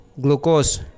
Glucose